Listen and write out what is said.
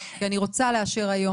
כי אני רוצה לאשר היום,